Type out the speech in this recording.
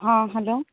ہاں ہیلو